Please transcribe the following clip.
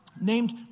named